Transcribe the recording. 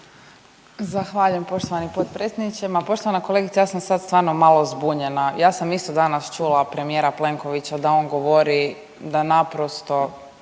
Zahvaljujem poštovani potpredsjedniče. Ma poštovana kolegice ja sam sad stvarno malo zbunjena, ja sam isto danas čula premijera Plenkovića da on govori da naprosto